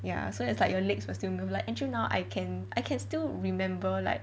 ya so it's like your legs will still like until now I can I can still remember like